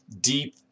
deep